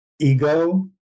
ego